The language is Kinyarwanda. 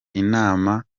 inama